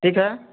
ठीक है